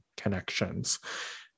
connections